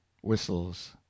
whistles